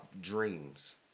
dreams